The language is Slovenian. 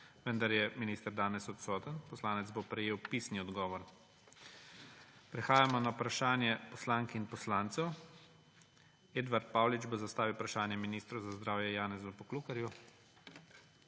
vendar je minister danes odsoten. Poslanec bo prejel pisni odgovor. Prehajamo na vprašana poslank in poslancev. Edvard Paulič bo zastavil vprašanje ministru za zdravje Janezu Poklukarju.